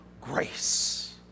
grace